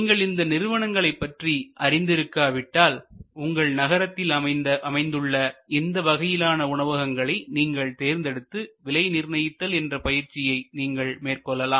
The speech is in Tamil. நீங்கள் இந்த நிறுவனங்களை பற்றி அறிந்து இருக்காவிட்டால் உங்கள் நகரத்தில் அமைந்துள்ள இந்த வகையிலான உணவகங்களை நீங்கள் தேர்ந்தெடுத்து விலை நிர்ணயித்தல் என்ற பயிற்சியினை நீங்கள் மேற்கொள்ளலாம்